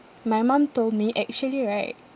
my mum told me actually right